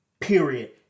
period